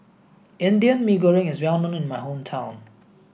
Indian Mee Goreng is well known in my hometown